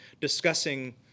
discussing